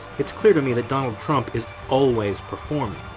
it's clear to me that donald trump is always performing,